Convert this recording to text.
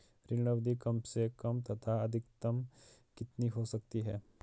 ऋण अवधि कम से कम तथा अधिकतम कितनी हो सकती है?